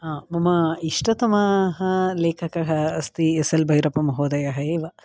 मम इष्टतमः लेखकः अस्ति एस् एल् बैरप्पमहोदयः एव